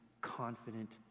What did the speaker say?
confident